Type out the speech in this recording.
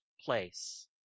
place